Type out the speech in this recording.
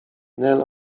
nel